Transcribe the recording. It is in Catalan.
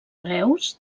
reus